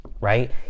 right